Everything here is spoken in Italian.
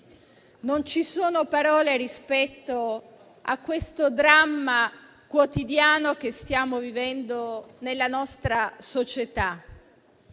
Non ci sono parole rispetto a questo dramma quotidiano che stiamo vivendo nella nostra società.